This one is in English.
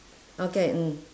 okay mm